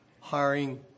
hiring